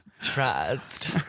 Trust